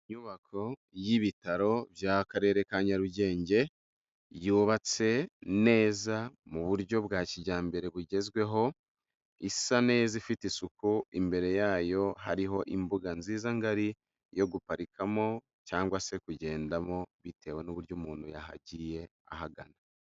Inyubako y'ibitaro by'akarere ka Nyarugenge, yubatse neza mu buryo bwa kijyambere bugezweho, isa neza ifite isuku imbere yayo hariho imbuga nziza ngari yo guparikamo cyangwa se kugendamo bitewe n'uburyo umuntu yahagiye ahagana.